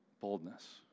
Boldness